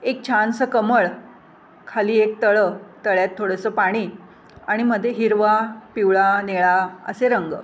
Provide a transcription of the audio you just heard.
एक छानसं कमळ खाली एक तळं तळ्यात थोडंसं पाणी आणि मध्ये हिरवा पिवळा निळा असे रंग